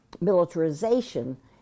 militarization